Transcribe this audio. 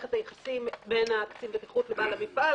למערכת היחסים בין קצין הבטיחות לבעל המפעל.